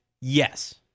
Yes